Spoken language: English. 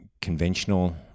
conventional